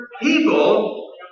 People